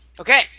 Okay